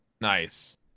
Nice